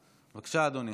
בבקשה, אדוני.